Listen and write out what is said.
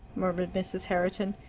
murmured mrs. herriton.